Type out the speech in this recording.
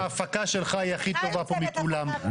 ההפקה שלך היא הכי טובה פה מכולם.